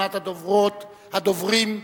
ראשונת הדוברים,